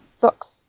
Books